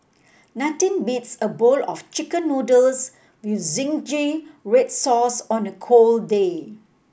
nothing beats a bowl of Chicken Noodles with zingy red sauce on a cold day